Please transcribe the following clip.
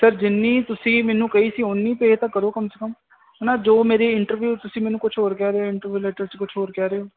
sir ਜਿੰਨੀ ਤੁਸੀਂ ਮੈਨੂੰ ਕਹੀ ਸੀ ਉਨੀ ਪੇ ਤਾਂ ਕਰੋ ਕੰਮ ਸੇ ਕੰਮ ਹਨਾ ਜੋ ਮੇਰੇ ਇੰਟਰਵਿਊ ਤੁਸੀਂ ਮੈਨੂੰ ਕੁਝ ਹੋਰ ਕਹਿ ਰਹੇ ਇੰਟਰਵਿਊ ਲੈਟਰ 'ਚ ਕੁਝ ਹੋਰ ਕਹਿ ਰਹੇ ਹੋ